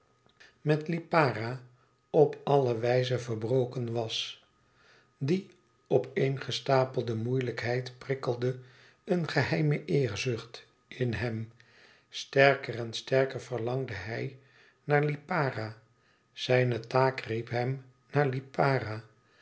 met lipara op alle wijze verbroken was die op een gestapelde moeilijkheid prikkelde een geheime eerzucht in hem sterker en sterker verlangde hij naar lipara zijne taak riep hem naar lipara